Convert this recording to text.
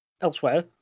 Elsewhere